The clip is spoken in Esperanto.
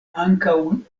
ankaŭ